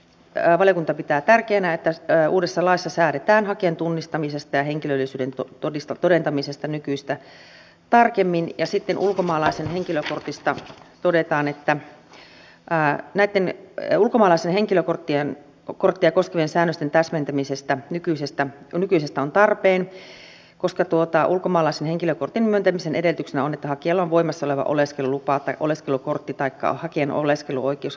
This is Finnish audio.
elikkä valiokunta pitää tärkeänä että uudessa laissa säädetään hakijan tunnistamisesta ja henkilöllisyyden todentamisesta nykyistä tarkemmin ja sitten ulkomaalaisen henkilökortista todetaan että ulkomaalaisen henkilökorttia koskevien säännösten täsmentäminen nykyisestä on tarpeen koska ulkomaalaisen henkilökortin myöntämisen edellytyksenä on että hakijalla on voimassa oleva oleskelulupa tai oleskelukortti taikka hakijan oleskeluoikeus on rekisteröity